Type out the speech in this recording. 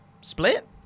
Split